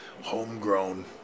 homegrown